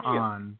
on